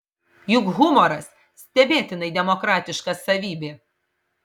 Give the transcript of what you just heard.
juk humoras stebėtinai demokratiška savybė